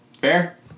Fair